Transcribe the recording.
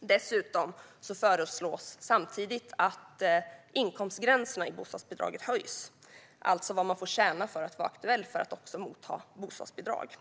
Dessutom föreslås samtidigt att inkomstgränserna i bostadsbidraget höjs, alltså vad man får tjäna för att vara aktuell för att också ta emot bostadsbidrag.